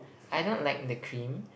I don't like the cream